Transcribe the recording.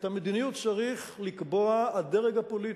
את המדיניות צריך לקבוע הדרג הפוליטי,